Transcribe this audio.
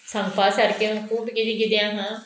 सांगपा सारकें खूब किदें किदें आहा